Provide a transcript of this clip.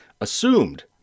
assumed